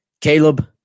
Caleb